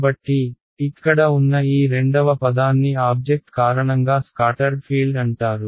కాబట్టి ఇక్కడ ఉన్న ఈ రెండవ పదాన్ని ఆబ్జెక్ట్ కారణంగా స్కాటర్డ్ ఫీల్డ్ అంటారు